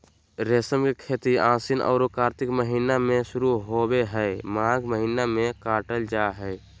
रेशम के खेती आशिन औरो कार्तिक महीना में शुरू होबे हइ, माघ महीना में काटल जा हइ